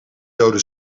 dode